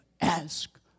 ask